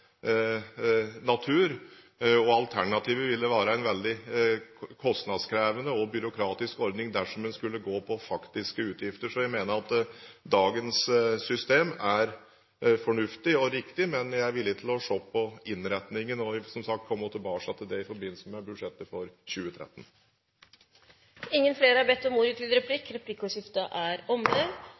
Alternativet ville være en veldig kostnadskrevende og byråkratisk ordning, dersom en skulle gå på faktiske utgifter. Så jeg mener at dagens system er fornuftig og riktig. Men jeg er villig til å se på innretningen, og jeg vil, som sagt, komme tilbake til det i forbindelse med budsjettet for 2013. Replikkordskiftet er omme. Flere har ikke bedt om ordet til